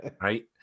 right